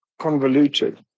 convoluted